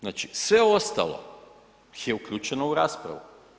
Znači sve ostalo je uključeno u raspravu.